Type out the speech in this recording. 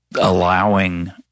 allowing